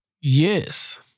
Yes